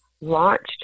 launched